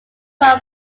ran